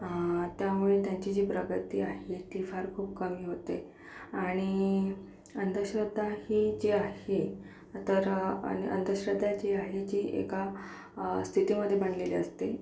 त्यामुळे त्यांची जी प्रगती आहे ती फार खूप कमी होते आणि अंधश्रद्धा ही जी आहे तर अं अंधश्रद्धा जी आहे जी एका स्थितीमधे बनलेली असते